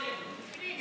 אין